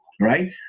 right